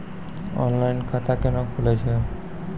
Online खाता केना खुलै छै?